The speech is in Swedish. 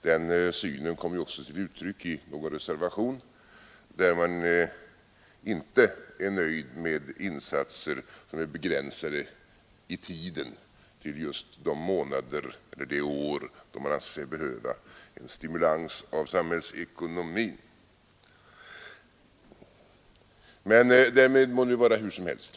Den synen kommer också till uttryck i någon reservation, där man inte är nöjd med insatser som är begränsade i tiden till just de månader eller år då man anser sig behöva en stimulans i samhällsekonomin. — Men därmed må vara hur som helst.